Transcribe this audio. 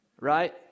Right